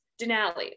Denali